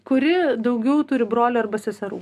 kuri daugiau turi brolių arba seserų